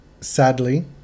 sadly